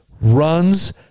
runs